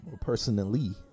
personally